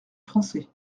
français